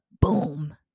boom